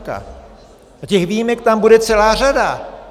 A těch výjimek tam bude celá řada.